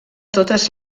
totes